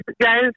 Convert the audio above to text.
guys